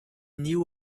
knew